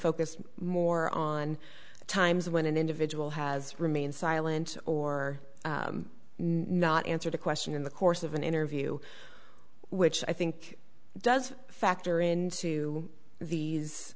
focused more on the times when an individual has remained silent or not answered a question in the course of an interview which i think does factor into these